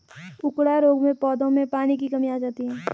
उकडा रोग में पौधों में पानी की कमी आ जाती है